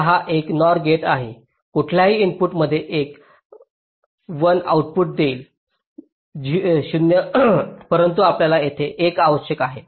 आता हा एक NOR गेट आहे कुठल्याही इनपुटमध्ये एक 1 आऊटपुट देईल 0 परंतु आपल्याला येथे 1 आवश्यक आहे